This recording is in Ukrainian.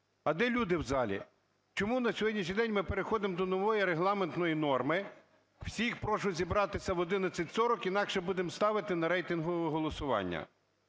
А де люди в залі? Чому на сьогоднішній день ми переходимо до нової регламентної норми: всіх прошу зібратися в 11:40, інакше будемо ставити на рейтингове голосування?